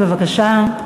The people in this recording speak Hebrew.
בבקשה.